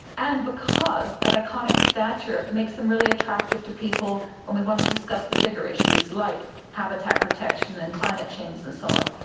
and because that iconic stature makes them really attractive to people when we want to discuss the bigger issues, like habitat protection and climate change and so on.